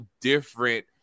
different